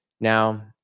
Now